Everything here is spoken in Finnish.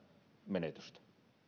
menetystä